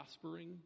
prospering